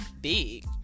big